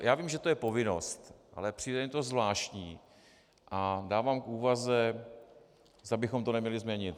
Já vím, že to je povinnost, ale přijde mi to zvláštní a dávám k úvaze, zda bychom to neměli změnit.